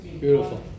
Beautiful